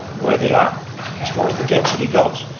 where they are as far as the density goes.